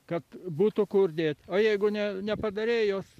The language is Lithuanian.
kad būtų kur dėt o jeigu ne nepadarei jos